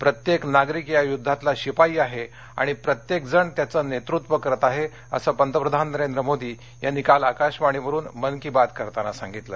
प्रत्येक नागरिक या युद्धातला शिपाई आहे आणि प्रत्येकजण याचं नेतृत्व करत आहे असं पंतप्रधान नरेंद्र मोदी यांनी काल आकाशवाणीवरुन मन की बात करताना सांगितलं